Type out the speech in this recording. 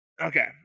Okay